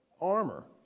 Armor